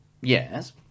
Yes